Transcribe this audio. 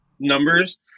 numbers